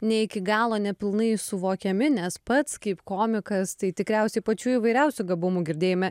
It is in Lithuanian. ne iki galo nepilnai suvokiami nes pats kaip komikas tai tikriausiai pačių įvairiausių gabumų girdėjome